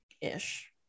ish